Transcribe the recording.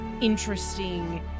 interesting